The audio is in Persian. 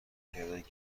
کردند